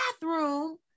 bathroom